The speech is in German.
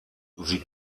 sie